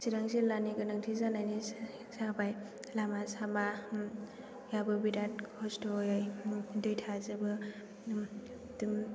चिरां जिल्लानि गोनांथि जानायनि जाबाय लामा सामायाबो बिराथ खस्थ'यै दै थाजोबो दुम